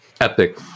epic